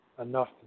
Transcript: enough